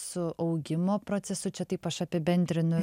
su augimo procesu čia taip aš apibendrinu